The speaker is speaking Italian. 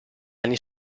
anni